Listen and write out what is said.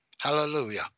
Hallelujah